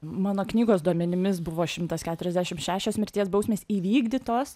mano knygos duomenimis buvo šimtas keturiasdešim šešios mirties bausmės įvykdytos